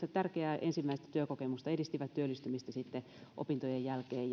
sitä tärkeää ensimmäistä työkokemusta ja edistivät työllistymistä sitten opintojen jälkeen